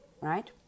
right